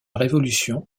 révolution